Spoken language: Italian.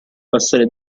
passare